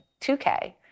2K